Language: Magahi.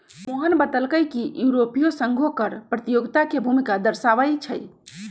मोहन बतलकई कि यूरोपीय संघो कर प्रतियोगिता के भूमिका दर्शावाई छई